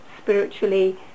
spiritually